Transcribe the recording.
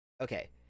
okay